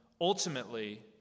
ultimately